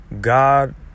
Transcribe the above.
God